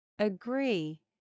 Agree